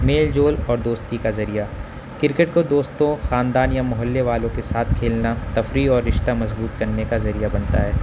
میل جول اور دوستی کا ذریعہ کرکٹ کو دوستوں خاندان یا محلے والوں کے ساتھ کھیلنا تفریح اور رشتہ مضبوط کرنے کا ذریعہ بنتا ہے